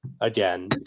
again